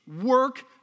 work